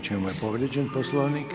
U čemu je povrijeđen Poslovnik?